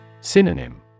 Synonym